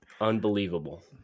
Unbelievable